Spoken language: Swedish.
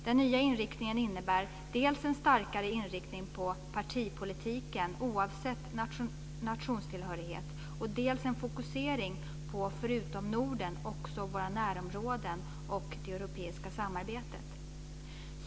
Den nya inriktningen innebär dels en starkare koncentration på partipolitiken, oavsett nationstillhörighet, dels en fokusering på förutom Norden också våra närområden och det europeiska samarbetet.